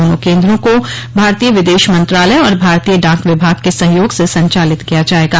दोनों केन्द्रों को भारतीय विदेश मंत्रालय और भारतीय डाक विभाग के सहयोग से संचालित किया जाएगा